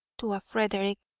to a frederick,